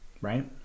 Right